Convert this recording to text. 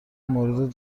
مورد